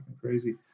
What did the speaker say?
crazy